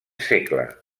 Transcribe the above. segle